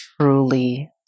truly